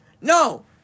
No